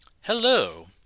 Hello